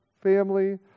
family